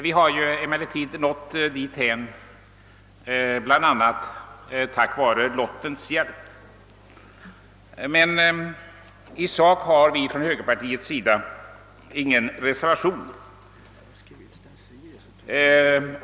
Vi har emellertid nått dithän bl a. med lottens hjälp. I sak har vi sålunda från högerpartiets sida ingen reservation.